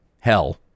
Hell